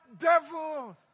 devils